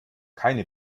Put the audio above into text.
keine